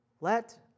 let